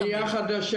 בנייה חדשה.